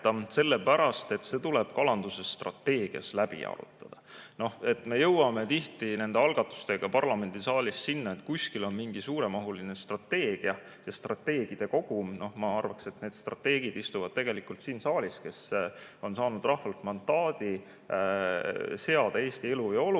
sellepärast et see tuleb kalanduse strateegias läbi arutada. Nii et me jõuame tihti nende algatustega parlamendisaalis sinna, et kuskil on mingi suuremahuline strateegia ja strateegide kogum. No ma arvaks, et tegelikult istuvad need strateegid siin saalis. Nad on saanud rahvalt mandaadi seada Eesti elu ja olu ning